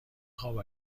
خواب